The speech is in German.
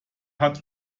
hat